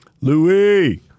Louis